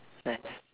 nice